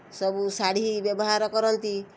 ସବୁ ଶାଢ଼ୀ ବ୍ୟବହାର କରନ୍ତି